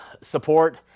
support